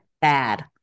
Bad